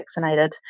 vaccinated